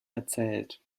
erzählt